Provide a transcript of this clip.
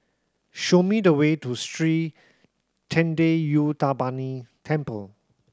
show me the way to Sri Thendayuthapani Temple